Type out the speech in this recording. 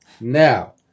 now